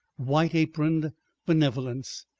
white-aproned benevolence,